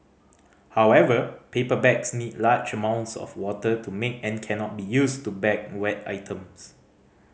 however paper bags need large amounts of water to make and cannot be used to bag wet items